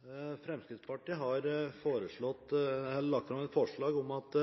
Fremskrittspartiet har lagt fram et forslag om at